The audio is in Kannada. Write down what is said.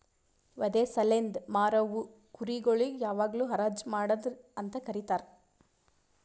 ವಧೆ ಸಲೆಂದ್ ಮಾರವು ಕುರಿ ಗೊಳಿಗ್ ಯಾವಾಗ್ಲೂ ಹರಾಜ್ ಮಾಡದ್ ಅಂತ ಕರೀತಾರ